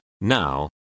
Now